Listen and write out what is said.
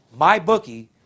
myBookie